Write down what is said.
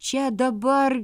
čia dabar